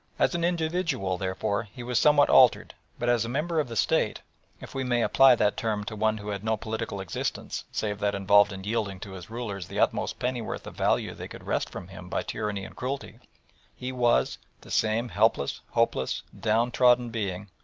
as an individual, therefore, he was somewhat altered, but as a member of the state if we may apply that term to one who had no political existence save that involved in yielding to his rulers the utmost pennyworth of value they could wrest from him by tyranny and cruelty he was the same helpless, hopeless, downtrodden being,